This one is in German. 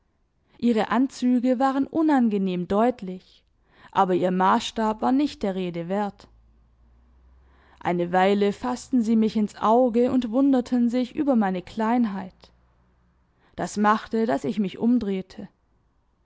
ihre anzüge waren unangenehm deutlich aber ihr maßstab war nicht der rede wert eine weile faßten sie mich ins auge und wunderten sich über meine kleinheit das machte daß ich mich umdrehte